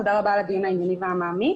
תודה רבה על הדיון הענייני והמעמיק.